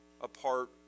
apart